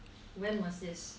when was this